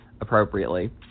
Appropriately